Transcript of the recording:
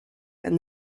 and